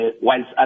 whilst